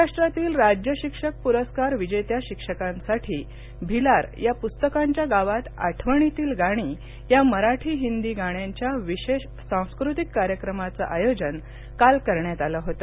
महाराष्ट्रातील राज्य शिक्षक प्रस्कार विजेत्या शिक्षकांसाठी भिलार या पुस्तकांच्या गावात आठवणीतील गाणी या मराठी हिंदी गाण्याच्या विशेष सांस्कृतिक कार्यक्रमाच आयोजन काल करण्यात आलं होत